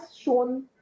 shown